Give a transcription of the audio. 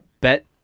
bet